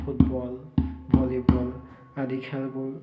football volleyball আদি খেলবোৰ